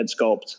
sculpt